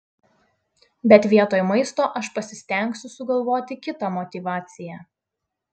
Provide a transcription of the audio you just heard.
bet vietoj maisto aš pasistengsiu sugalvoti kitą motyvaciją